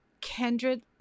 Kendrick